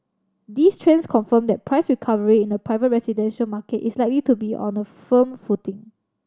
these trends confirm that price recovery in the private residential market is likely to be on a firm footing